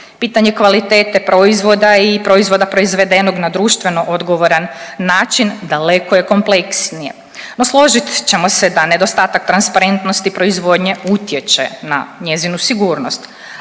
Pitanje kvalitete proizvoda i proizvoda proizvedenog na društveno odgovoran način daleko je kompleksnije. No, složit ćemo se da nedostatak transparentnosti proizvodnje utječe na njezinu sigurnost.